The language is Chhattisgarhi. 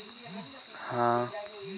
कौन मोला सेंट्रल बैंक ले लोन मिल सकथे?